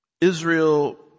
Israel